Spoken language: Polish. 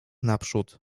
naprzód